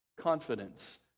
confidence